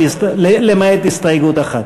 למעט הסתייגות אחת.